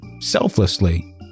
selflessly